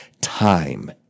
time